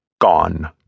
gone